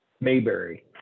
Mayberry